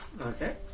Okay